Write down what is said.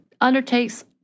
undertakes